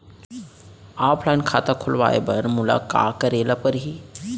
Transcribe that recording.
Offline खाता खोलवाय बर मोला का करे ल परही?